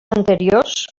anteriors